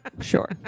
Sure